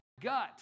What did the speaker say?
gut